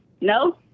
No